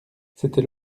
c’était